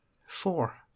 Four